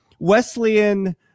Wesleyan